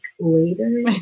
later